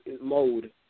mode